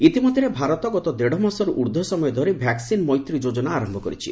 ଇତିମଧ୍ୟରେ ଭାରତ ଗତ ଦେଢ଼ମାସରୁ ଉର୍ଦ୍ଧ୍ୱ ସମୟ ଧରି 'ଭ୍ୟାକ୍ସିନ୍ ମୈତ୍ରୀ' ଯୋଜନା ଆରମ୍ଭ କରିଛି